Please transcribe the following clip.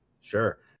Sure